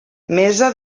mesa